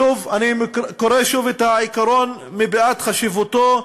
שוב, אני קורא שוב את העיקרון מפאת חשיבותו: